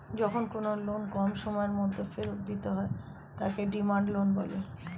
যখন কোনো লোন কম সময়ের মধ্যে ফেরত দিতে হয় তাকে ডিমান্ড লোন বলে